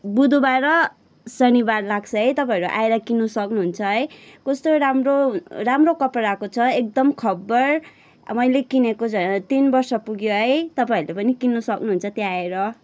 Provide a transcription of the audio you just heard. बुधबार र शनिबार लाग्छ है तपाईँहरू आएर किन्नु सक्नुहुन्छ है कस्तो राम्रो राम्रो कपडाको छ एकदम खब्बर मैले किनेको झ तिन वर्ष पुग्यो है तपाईँहरूले पनि किन्नु सक्नुहुन्छ त्यहाँ आएर